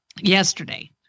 yesterday